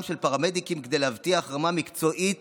של הפרמדיקים כדי להבטיח רמה מקצועית